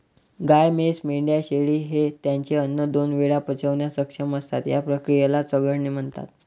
गाय, म्हैस, मेंढ्या, शेळी हे त्यांचे अन्न दोन वेळा पचवण्यास सक्षम असतात, या क्रियेला चघळणे म्हणतात